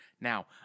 Now